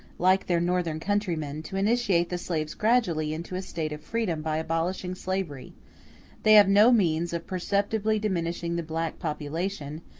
like their northern countrymen, to initiate the slaves gradually into a state of freedom by abolishing slavery they have no means of perceptibly diminishing the black population,